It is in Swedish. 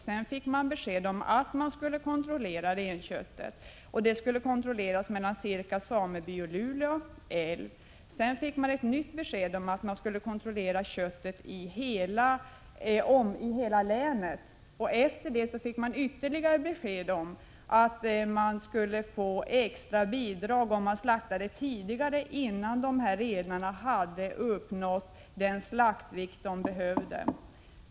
Sedan fick samerna besked om att renköttet skulle kontrolleras — det kött som kom från området mellan Sirka sameby och Lule älv. Därefter fick de ett nytt besked om att köttet skulle kontrolleras i hela länet, och efter det fick samerna ytterligare besked om att de skulle få extra bidrag om de tidigarelade slakten och slaktade innan renarna hade uppnått erforderlig slaktvikt.